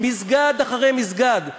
מסגד אחרי מסגד.